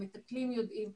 המטפלים יודעים.